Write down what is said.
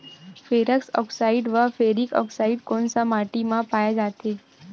Ferrous oxide व ferric oxide कोन सा माटी म पाय जाथे?